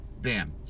bam